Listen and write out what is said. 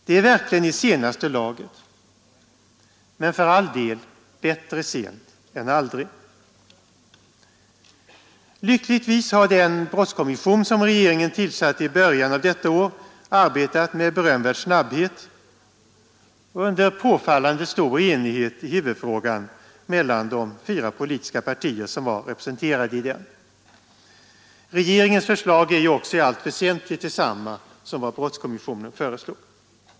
Det är verkligen i senaste laget, men för all del: bättre sent än aldrig. Lyckligtvis har den brottskommission som regeringen tillsatte i början av detta år arbetat med berömvärd snabbhet och under påfallande stor enighet i huvudfrågan mellan de fyra politiska partier som var representerade i den. Regeringens förslag är ju också i allt väsentligt detsamma som vad brottskommissionen föreslog.